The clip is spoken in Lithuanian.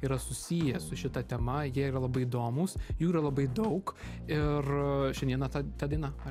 yra susiję su šita tema jie yra labai įdomūs jų yra labai daug ir šiandieną ta diena